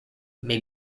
may